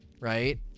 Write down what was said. Right